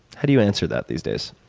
how do you answer that, these days?